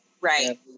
Right